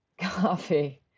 Coffee